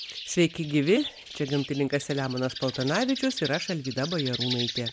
sveiki gyvi čia gamtininkas selemonas paltanavičius ir aš alvyda bajarūnaitė